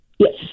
Yes